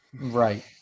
Right